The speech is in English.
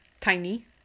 Tiny